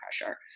pressure